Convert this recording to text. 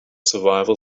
survival